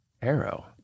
Arrow